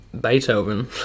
beethoven